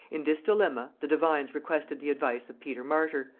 in this dilemma, the divines requested the advice of peter martyr,